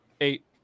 eight